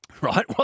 Right